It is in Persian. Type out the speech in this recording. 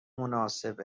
مناسب